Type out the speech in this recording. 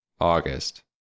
August